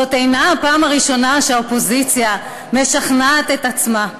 זאת אינה הפעם הראשונה שהאופוזיציה משכנעת את עצמה.